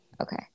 Okay